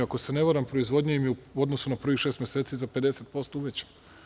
Ako se ne varam, proizvodnja im je u odnosu na prvih šest meseci za 50% uvećana.